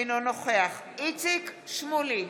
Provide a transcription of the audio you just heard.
אינו נוכח איציק שמולי,